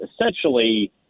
essentially